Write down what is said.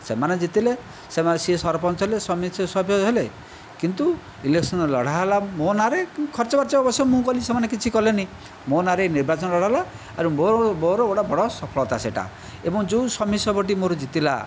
ସେମାନେ ଜିତିଲେ ସେ ସରପଞ୍ଚ ହେଲେ ସମିତି ସଭ୍ୟ ହେଲେ କିନ୍ତୁ ଇଲେକ୍ସନ ଲଢ଼ାହେଲା ମୋ' ନାଁରେ ଖର୍ଚ୍ଚବାର୍ଚ୍ଚ ଅବଶ୍ୟ ମୁଁ କଲି ସେମାନେ କିଛି କଲେନାହିଁ ମୋ' ନାଁରେ ନିର୍ବାଚନ ଲଢ଼ା ହେଲା ଆରେ ମୋର ମୋର ଗୋଟିଏ ବଡ଼ ସଫଳତା ସେଇଟା ଏବଂ ଯେଉଁ ସମିତି ସଭ୍ୟଟି ମୋର ଜିତିଲା